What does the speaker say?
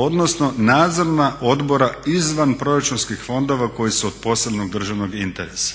odnosno nadzorna odbora izvanproračunskih fondova koji su od posebnog državnog interesa.